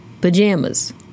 Pajamas